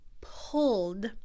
pulled